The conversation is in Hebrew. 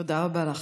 תודה רבה לך.